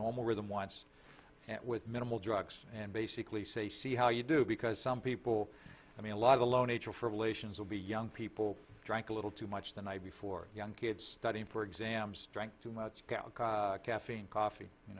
normal rhythm once and with minimal drugs and basically say see how you do because some people i mean a lot of the low nature for relations will be young people drank a little too much the night before young kids studying for exams drank too much gout caffeine coffee you